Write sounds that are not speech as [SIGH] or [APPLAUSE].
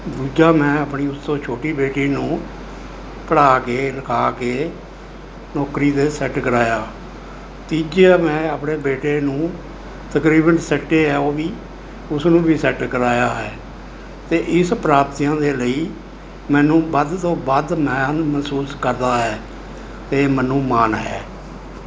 ਦੂਜਾ ਮੈਂ ਆਪਣੀ ਉਸ ਤੋਂ ਛੋਟੀ ਬੇਟੀ ਨੂੰ ਪੜ੍ਹਾ ਕੇ ਲਿਖਾ ਕੇ ਨੌਕਰੀ 'ਤੇ ਸੈੱਟ ਕਰਾਇਆ ਤੀਜੇ ਮੈਂ ਆਪਣੇ ਬੇਟੇ ਨੂੰ ਤਕਰੀਬਨ ਸੈਟੇ ਹੈ ਉਹ ਵੀ ਉਸ ਨੂੰ ਵੀ ਸੈੱਟ ਕਰਾਇਆ ਹੈ ਅਤੇ ਇਸ ਪ੍ਰਾਪਤੀਆਂ ਦੇ ਲਈ ਮੈਨੂੰ ਵੱਧ ਤੋਂ ਵੱਧ [UNINTELLIGIBLE] ਮਹਿਸੂਸ ਕਰਦਾ ਹੈ ਅਤੇ ਮੈਨੂੰ ਮਾਣ ਹੈ